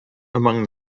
among